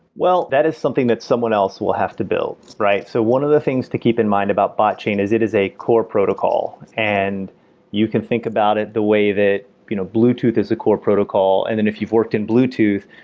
well, that is something that someone else will have to build, right? so one of the things to keep in mind about botchain is it is a core protocol. and you can think about it the way that you know bluetooth is a core protocol, and then if you've worked in bluetooth,